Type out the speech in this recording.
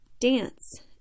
dance